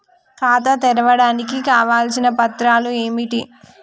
ఖాతా తెరవడానికి కావలసిన పత్రాలు ఏమిటి?